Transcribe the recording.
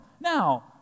Now